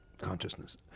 consciousness